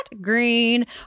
Green